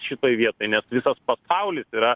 šitoj vietoj nes visas pasaulis yra